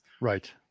Right